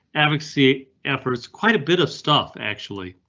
advocacy efforts, quite a bit of stuff actually.